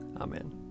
Amen